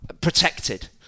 protected